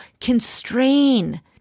constrain